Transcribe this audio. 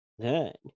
good